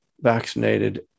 vaccinated